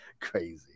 Crazy